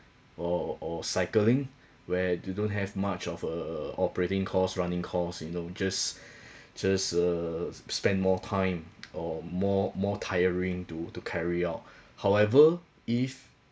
or or cycling where they don't have much of err operating costs running costs you know just just err spend more time or more more tiring to to carry out however if